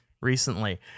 recently